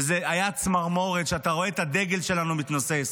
הייתה צמרמורת כשאתה רואה את הדגל שלנו מתנוסס.